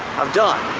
i've done.